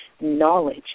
knowledge